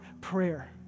prayer